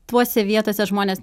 tuose vietose žmonės